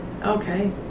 okay